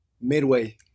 midway